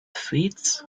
fits